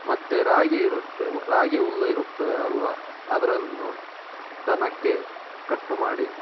ಮತ್ತು ರಾಗಿ ಇರುತ್ತೆ ರಾಗಿ ಹುಲ್ಲು ಇರುತ್ತದೆ ಅಲ್ವಾ ಅದನ್ನು ದನಕ್ಕೆ ಕಟ್ಟು ಮಾಡಿ